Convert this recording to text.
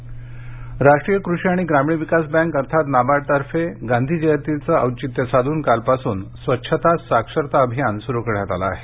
नाबार्ड राष्ट्रीय कृषि आणि ग्रामीण विकास बँक अर्थात नाबार्डतर्फे गांधी जयंतीचं औचित्य साधून कालपासून स्वच्छता साक्षरता अभियान सुरू करण्यात आलं आहे